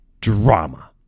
drama